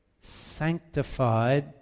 sanctified